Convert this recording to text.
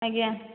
ଆଜ୍ଞା